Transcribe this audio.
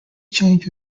change